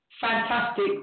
fantastic